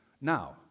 now